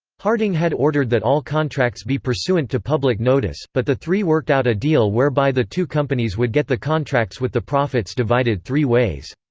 harding had ordered that all contracts be pursuant to public notice, but the three worked out a deal whereby the two companies would get the contracts with the profits divided three ways.